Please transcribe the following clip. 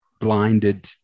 blinded